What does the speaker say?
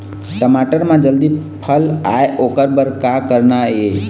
टमाटर म जल्दी फल आय ओकर बर का करना ये?